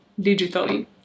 digitally